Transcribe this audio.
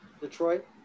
Detroit